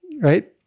right